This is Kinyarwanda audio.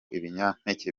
ibinyampeke